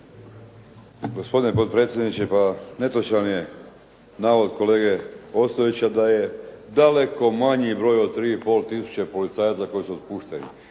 Gospodine potpredsjedniče, pa netočan je navod kolege Ostojića da je daleko manji broj od 3,5 tisuće policajaca koji su otpušteni.